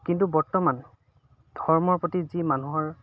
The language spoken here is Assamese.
কিন্তু বৰ্তমান ধৰ্মৰ প্ৰতি যি মানুহৰ